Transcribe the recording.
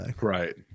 right